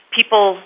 People